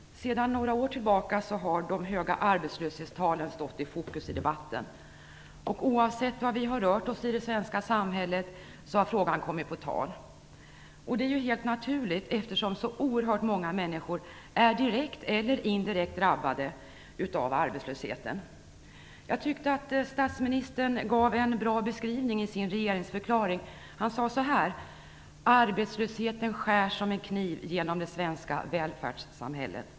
Fru talman! Sedan några år tillbaka har de höga arbetslöshetstalen stått i fokus i debatten. Oasett var vi har rört oss i det svenska samhället har frågan kommit på tal. Det är helt naturligt, eftersom så oerhört många människor är direkt eller indirekt drabbade av arbetslösheten. Jag tyckte att statsministern gav en bra beskrivning i regeringsförklaringen. Han sade så här: Arbetslösheten skär som en kniv genom det svenska välfärdssamhället.